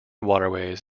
waterways